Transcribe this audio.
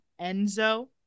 Enzo